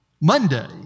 Monday